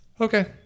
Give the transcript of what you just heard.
Okay